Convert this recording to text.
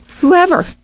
Whoever